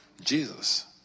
Jesus